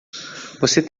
você